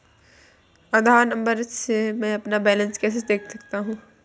आधार number से मैं अपना बैलेंस कैसे देख सकता हूँ?